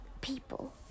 people